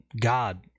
God